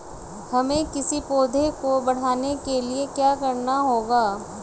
हमें किसी पौधे को बढ़ाने के लिये क्या करना होगा?